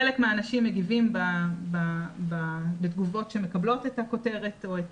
חלק מהאנשים מגיבים בתגובות שמקבלות את הכותרת או את